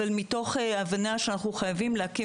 אבל זה מתוך הבנה שאנחנו חייבים להקים